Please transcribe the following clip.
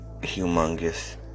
humongous